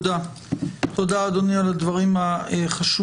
תודה, אדוני, על הדברים החשובים.